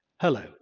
Hello